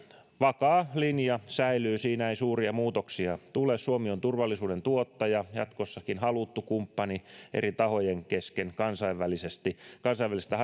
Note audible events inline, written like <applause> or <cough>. vakaa linja säilyy siihen ei suuria muutoksia tule suomi on turvallisuuden tuottaja jatkossakin haluttu kumppani eri tahojen kesken kansainvälisesti kansainvälistä <unintelligible>